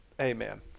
Amen